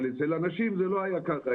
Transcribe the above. אבל אצל הנשים זה לא היה ככה.